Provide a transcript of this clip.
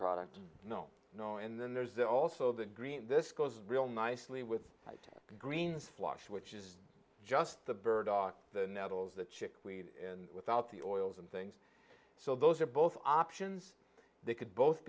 product no no and then there's also the green this goes real nicely with greens flush which is just the bird on the nettles that chickweed and without the oils and things so those are both options they could both